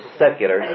secular